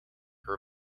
her